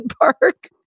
park